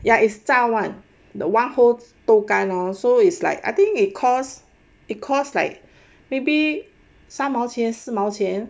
ya it's 炸 [one] the one whole 豆干 hor so it's like I think it costs it costs like maybe 三毛钱四毛钱